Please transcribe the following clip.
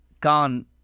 gone